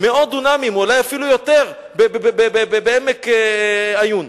מאות דונמים, אולי אפילו יותר, בעמק עיון.